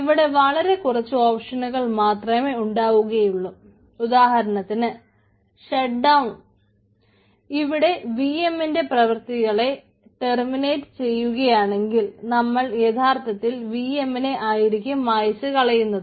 ഇവിടെ vm ന്റെ പ്രവർത്തികളെ ടെർമിനേറ്റ് ചെയ്യുകയാണെങ്കിൽ നമ്മൾ യഥാർത്ഥത്തിൽ vm നെ ആയിരിക്കും മായ്ച്ചു കളയുന്നത്